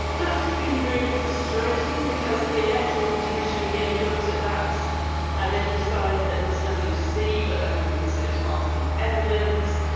that's just been really frustrating because the electoral commission here looked at that and then decided that there was nothing to see, but they haven't considered half the evidence.